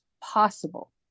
possible